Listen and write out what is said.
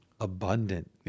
abundant